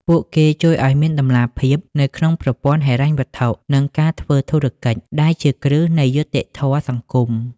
ពួកគេជួយឱ្យមាន "តម្លាភាព" នៅក្នុងប្រព័ន្ធហិរញ្ញវត្ថុ និងការធ្វើធុរកិច្ច ដែលជាគ្រឹះនៃយុត្តិធម៌សង្គម។